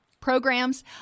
programs